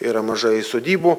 yra mažai sodybų